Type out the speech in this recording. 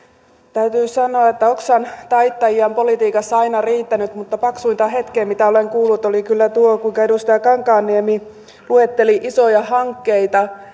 täytyy sanoa että oksantaittajia on politiikassa aina riittänyt mutta paksuinta hetkeen mitä olen kuullut oli kyllä tuo kuinka edustaja kankaanniemi luetteli isoja hankkeita